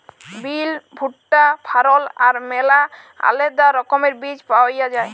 বিল, ভুট্টা, ফারল আর ম্যালা আলেদা রকমের বীজ পাউয়া যায়